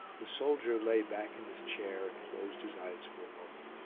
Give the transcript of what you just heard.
the soldier lay back in his chair and closed his eyes for a moment.